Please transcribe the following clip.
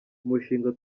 umushinga